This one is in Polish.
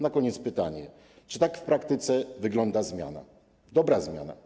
Na koniec pytanie: Czy tak w praktyce wygląda zmiana, dobra zmiana?